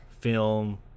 film